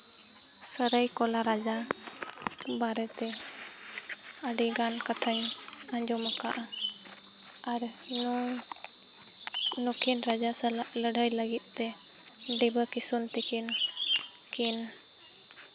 ᱥᱟᱹᱨᱟᱹᱭᱠᱮᱞᱟ ᱨᱟᱡᱟ ᱵᱟᱨᱮᱛᱮ ᱟᱹᱰᱤᱜᱟᱱ ᱠᱟᱛᱷᱟᱧ ᱟᱡᱚᱢ ᱠᱟᱜᱼᱟ ᱟᱨ ᱱᱚᱜᱼᱚᱭ ᱱᱩᱠᱤᱱ ᱨᱟᱡᱟ ᱥᱟᱞᱟᱜ ᱞᱟᱹᱲᱦᱟᱹᱭ ᱞᱟᱹᱜᱤᱫ ᱛᱮ ᱰᱤᱵᱟᱹᱼᱠᱤᱥᱩᱱ ᱛᱟᱹᱠᱤᱱ ᱠᱤᱱ